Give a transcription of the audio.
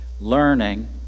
Learning